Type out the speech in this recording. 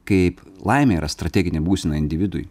kaip laimė yra strateginė būsena individui